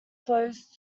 closed